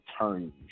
attorneys